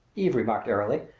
eve remarked airily.